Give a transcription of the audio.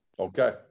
Okay